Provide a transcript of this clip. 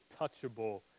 touchable